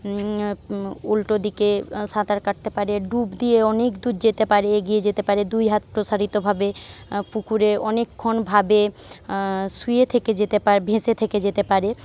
উল্টো দিকে সাঁতার কাটতে পারে ডুব দিয়ে অনেক দূর যেতে পারে এগিয়ে যেতে পারে দুই হাত প্রসারিত ভাবে পুকুরে অনেকক্ষণ ভাবে শুয়ে থেকে যেতে পারে ভেসে থেকে যেতে পারে